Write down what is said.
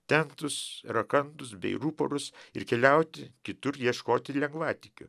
tentus rakandus bei ruporus ir keliauti kitur ieškoti lengvatikių